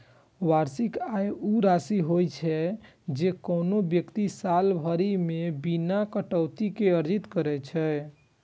वार्षिक आय ऊ राशि होइ छै, जे कोनो व्यक्ति साल भरि मे बिना कटौती के अर्जित करै छै